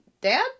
dad